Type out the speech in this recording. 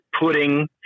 putting